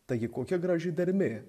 taigi kokia graži dermė